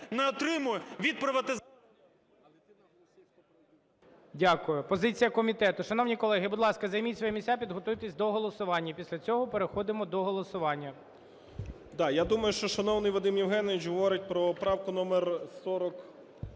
Дякую. Позиція комітету. Шановні колеги, будь ласка, займіть свої місця, підготуйтесь до голосування. Після цього переходимо до голосування. 18:29:27 НАТАЛУХА Д.А. Да, я думаю, що шановний Вадим Євгенович говорить про правку номер 45.